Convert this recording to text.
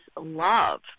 love